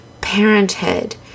parenthood